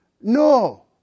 No